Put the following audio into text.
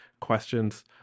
questions